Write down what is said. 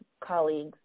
colleagues